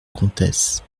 comtesse